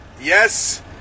Yes